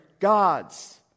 God's